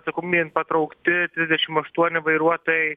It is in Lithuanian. atsakomybėn patraukti dvidešim aštuoni vairuotojai